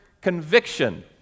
conviction